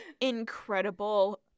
incredible